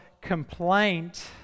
complaint